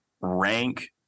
rank